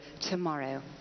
tomorrow